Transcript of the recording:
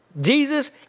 Jesus